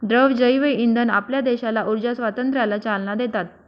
द्रव जैवइंधन आपल्या देशाला ऊर्जा स्वातंत्र्याला चालना देतात